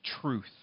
truth